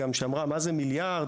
שאמרה מה זה מיליארד?